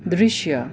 दृश्य